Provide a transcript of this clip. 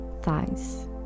thighs